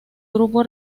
grupo